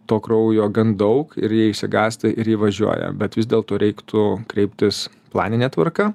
to kraujo gan daug ir jie išsigąsta ir jie važiuoja bet vis dėlto reiktų kreiptis planine tvarka